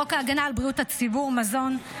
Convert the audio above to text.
חוק הגנה על בריאות הציבור (מזון),